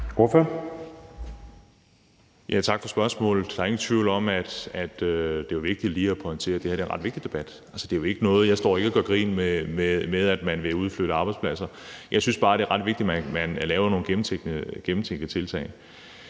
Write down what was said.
Tak for spørgsmålet. Der er ingen tvivl om, at det er vigtigt lige at pointere, at det her er en ret vigtig debat. Det er jo ikke noget, hvor jeg står og gør grin med, at man vil udflytte arbejdspladser. Jeg synes bare, det er ret vigtigt, at man laver nogle gennemtænkte tiltag.